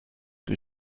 que